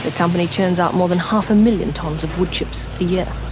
ah company churns out more than half a million tonnes of woodchips yeah